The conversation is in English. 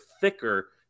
thicker